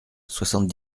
soixante